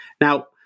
Now